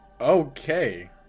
okay